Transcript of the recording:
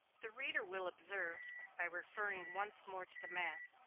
the reader will observe, by referring once more to the map,